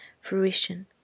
fruition